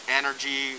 energy